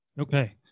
Okay